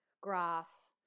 grass